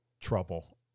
trouble